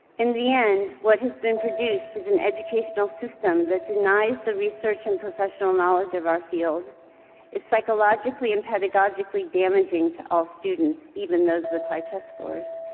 in the end, what has been produced is an educational system that denies the research and professional knowledge of our field is psychologically and pedagogically damaging to all students even those with high test scores,